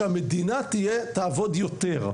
שהמדינה תעבוד יותר.